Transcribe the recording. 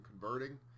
converting